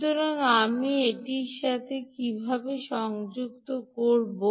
সুতরাং আপনি এটির সাথে কীভাবে সংযুক্ত করবেন